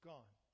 Gone